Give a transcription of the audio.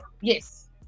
yes